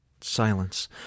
silence